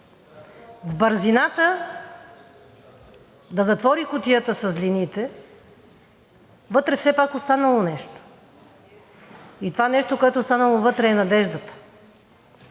В бързината да затвори кутията със злините вътре все пак останало нещо и това нещо, което е останало вътре, е надеждата.